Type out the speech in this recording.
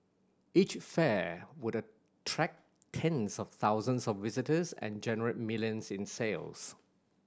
each fair would attract tens of thousands of visitors and generate millions in sales